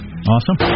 Awesome